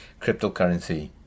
cryptocurrency